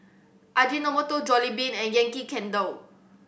Ajinomoto Jollibean and Yankee Candle